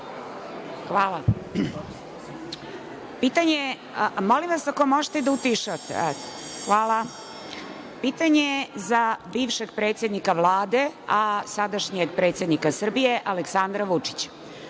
Hvala. Pitanje za bivšeg predsednika Vlade, a sadašnjeg predsednika Srbije Aleksandra Vučića.